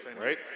Right